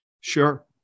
Sure